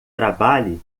trabalhe